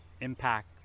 impact